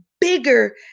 bigger